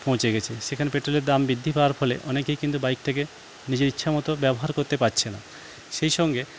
পৌঁছে গেছে সেখানে পেট্রোলের দাম বৃদ্ধি পাওয়ার ফলে অনেকেই কিন্তু বাইকটাকে নিজের ইচ্ছা মতো ব্যবহার করতে পারছে না সেই সঙ্গে